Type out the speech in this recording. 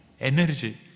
Energy